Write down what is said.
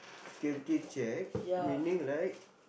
security check meaning like